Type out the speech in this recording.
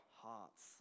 hearts